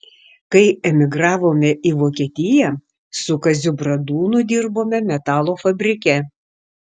kai emigravome į vokietiją su kaziu bradūnu dirbome metalo fabrike